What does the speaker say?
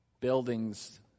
Buildings